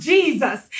Jesus